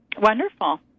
Wonderful